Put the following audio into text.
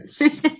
Yes